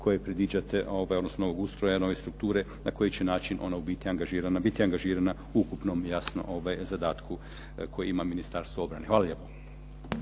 koje predviđate, odnosno ustrojene ove strukture na koji će način ona u biti angažirana, biti angažirana u ukupnom jasno zadatku koji ima Ministarstvo obrane. Hvala lijepo.